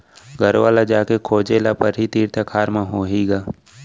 गरूवा ल जाके खोजे ल परही, तीर तखार म होही ग